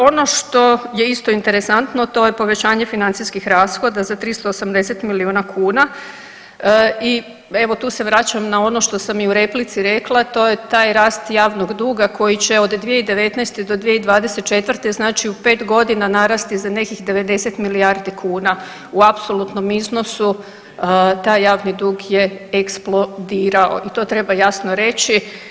Ono što je isto interesantno, a to je povećanje financijskih rashoda za 380 milijuna kuna i evo tu se vraćam na ono što sam i u replici rekli, a to je taj rast javnog duga koji će od 2019. do 2024., znači u 5.g. narasti za nekih 90 milijardi kuna, u apsolutnom iznosu taj javni dug je eksplodirao i to treba jasno reći.